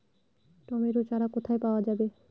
Tomato চারা কোথায় পাওয়া যাবে?